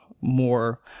more